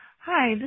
Hi